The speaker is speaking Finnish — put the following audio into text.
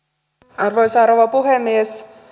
arvoisa rouva puhemies